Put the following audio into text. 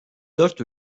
dört